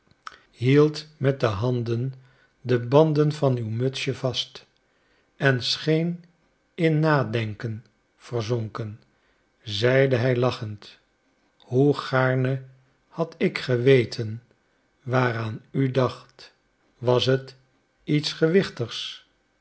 hield met de handen de banden van uw mutsje vast en scheen in nadenken verzonken zeide hij lachend hoe gaarne had ik geweten waaraan u dacht was het iets gewichtigs